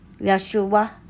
Yeshua